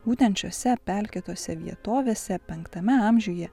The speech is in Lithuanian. būtent šiose pelkėtose vietovėse penktame amžiūje